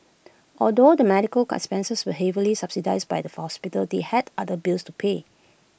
although the medical con expenses were heavily subsidised by the hospital they had other bills to pay